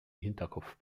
hinterkopf